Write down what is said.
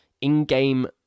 in-game